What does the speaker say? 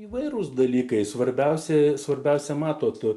įvairūs dalykai svarbiausi svarbiausia mato tu